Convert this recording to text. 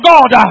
God